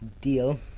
deal